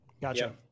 gotcha